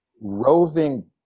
roving